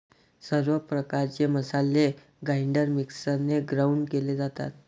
सर्व प्रकारचे मसाले ग्राइंडर मिक्सरने ग्राउंड केले जातात